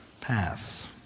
paths